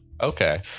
Okay